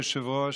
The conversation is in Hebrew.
אדוני היושב-ראש,